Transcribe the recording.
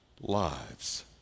lives